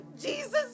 Jesus